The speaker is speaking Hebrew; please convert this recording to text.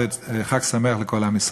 וחג שמח לכל עם ישראל.